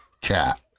cat